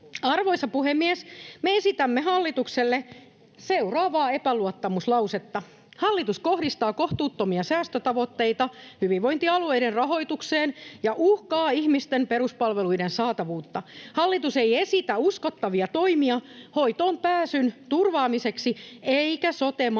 Arvoisa puhemies! Me esitämme hallitukselle seuraavaa epäluottamuslausetta: Hallitus kohdistaa kohtuuttomia säästötavoitteita hyvinvointialueiden rahoitukseen ja uhkaa ihmisten peruspalveluiden saatavuutta. Hallitus ei esitä uskottavia toimia hoitoon pääsyn turvaamiseksi eikä sote-markkinoiden